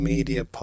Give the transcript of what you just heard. Media